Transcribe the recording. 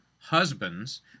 husbands